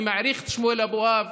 אני מעריך את שמואל אבואב.